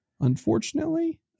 unfortunately